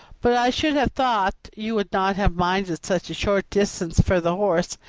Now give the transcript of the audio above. but i should have thought you would not have minded such a short distance for the horse,